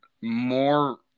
more